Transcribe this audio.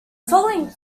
following